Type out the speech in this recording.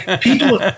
people